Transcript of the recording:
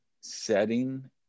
Setting